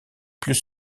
plus